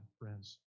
friends